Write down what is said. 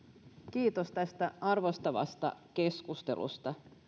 kiitos tästä arvostavasta keskustelusta